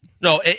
No